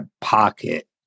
pocket